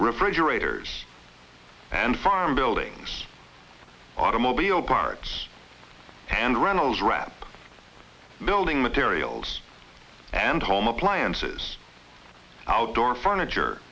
refrigerators and farm buildings automobile parts and reynolds wrap building materials and home appliances outdoor furniture